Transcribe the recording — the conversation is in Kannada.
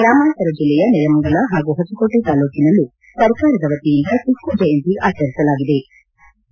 ಗ್ರಾಮಾಂತರ ಜಿಲ್ಲೆಯ ನೆಲಮಂಗಲ ಹಾಗೂ ಹೊಸಕೋಟೆ ತಾಲ್ಡೂಕಿನಲ್ಲೂ ಸರ್ಕಾರದ ವತಿಯಿಂದ ಟಪ್ಪು ಜಯಂತಿ ಆಚರಿಸಿದ ವರದಿಯಾಗಿದೆ